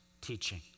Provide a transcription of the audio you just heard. teaching